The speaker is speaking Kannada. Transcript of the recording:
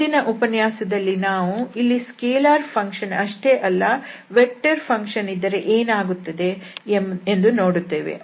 ಮುಂದಿನ ಉಪನ್ಯಾಸದಲ್ಲಿ ನಾವು ಇಲ್ಲಿ ಸ್ಕೆಲಾರ್ ಫಂಕ್ಷನ್ ಅಷ್ಟೇ ಅಲ್ಲ ವೆಕ್ಟರ್ ಫೀಲ್ಡ್ ಇದ್ದರೆ ಏನಾಗುತ್ತದೆ ಎಂದು ನೋಡುತ್ತೇವೆ